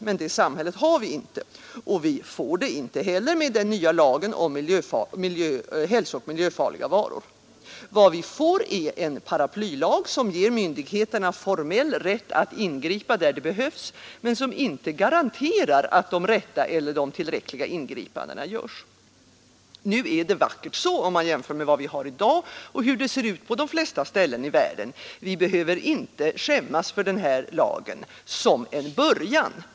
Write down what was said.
Men det samhället har vi inte, och vi får det inte heller med den nya lagen om hälsooch miljöfarliga varor. Vad vi får är en paraplylag som ger myndigheterna formell rätt att ingripa där det behövs men som inte garanterar att de rätta eller de tillräckliga ingripandena görs. Nu är det vackert så, om man jämför med vad vi har i dag och hur det ser ut på de flesta ställen i världen. Vi behöver inte skämmas för den här lagen — som en början.